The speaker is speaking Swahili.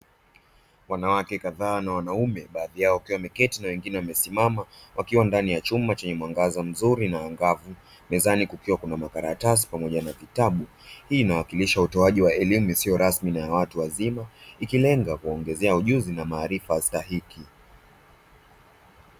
Wanawake kadhaa na wanaume baadhi yao wakiwa wameketi na wengine wamesimama wakiwa ndani ya chumba chenye mwangaza mzuri na angavu mezani kukiwa na makaratasi pamoja na vbitabu, Hii inawakilisha utoajiwa elimu isiyo rasmi na yawatu wazima ikilenga kuwaongezea ujuzi na maarifa stahiki.